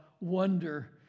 wonder